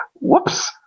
Whoops